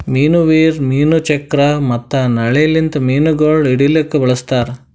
ಮೀನು ವೀರ್, ಮೀನು ಚಕ್ರ ಮತ್ತ ನಳ್ಳಿ ಲಿಂತ್ ಮೀನುಗೊಳ್ ಹಿಡಿಲುಕ್ ಬಳಸ್ತಾರ್